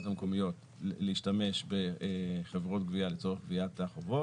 המקומיות להשתמש בחברות גבייה לצורך גביית החובות,